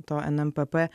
to nmpp